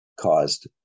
caused